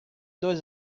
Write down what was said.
dos